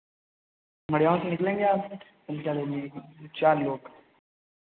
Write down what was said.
मढ़ियांव से निकलेंगे आप तीन चार बजे चार लोग